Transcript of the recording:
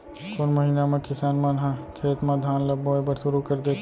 कोन महीना मा किसान मन ह खेत म धान ला बोये बर शुरू कर देथे?